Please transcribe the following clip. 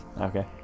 Okay